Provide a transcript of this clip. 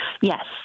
Yes